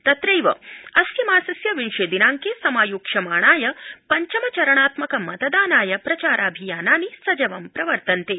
तत्रैव अस्य मासस्य विंशे दिनांके समायोक्ष्यमाणाय पञ्चम चरणात्मक मतदानाय प्रचाराभियानि सजवं प्रवर्तन्ते